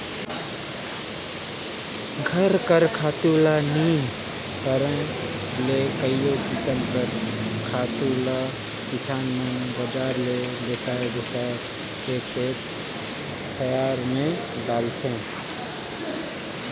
घर कर खातू ल नी करे ले कइयो किसिम कर खातु ल किसान मन बजार ले बेसाए बेसाए के खेत खाएर में डालथें